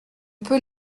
peut